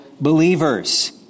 believers